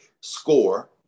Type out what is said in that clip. score